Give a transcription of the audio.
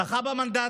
הוא זכה במנדטים,